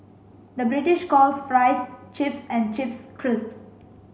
the British calls fries chips and chips crisps